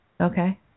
Okay